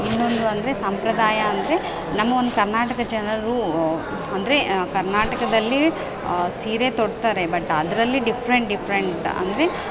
ಇನ್ನೊಂದು ಅಂದರೆ ಸಂಪ್ರದಾಯ ಅಂದರೆ ನಮ್ಮ ಒಂದು ಕರ್ನಾಟಕ ಜನರು ಅಂದರೆ ಕರ್ನಾಟಕದಲ್ಲಿ ಸೀರೆ ತೊಡ್ತಾರೆ ಬಟ್ ಅದರಲ್ಲಿ ಡಿಫ್ರೆಂಟ್ ಡಿಫ್ರೆಂಟ್ ಅಂದರೆ